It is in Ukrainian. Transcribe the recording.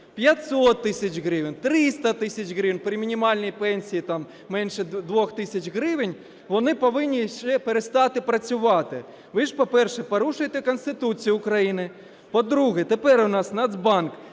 500 тисяч гривень, 300 тисяч гривень при мінімальній пенсії там менше 2 тисяч гривень, вони повинні ще перестати працювати. Ви ж, по-перше, порушуєте Конституцію України. По-друге, тепер у нас Нацбанк